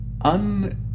un